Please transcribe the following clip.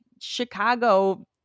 Chicago